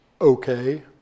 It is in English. okay